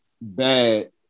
bad